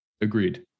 Agreed